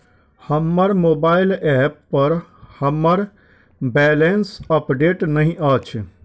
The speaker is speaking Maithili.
हमर मोबाइल ऐप पर हमर बैलेंस अपडेट नहि अछि